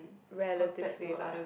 relatively lah